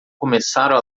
começaram